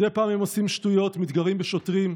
מדי פעם הם עושים שטויות, מתגרים בשוטרים,